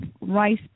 rice